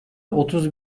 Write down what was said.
otuz